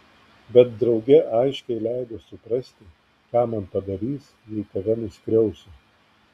bet drauge aiškiai leido suprasti ką man padarys jei tave nuskriausiu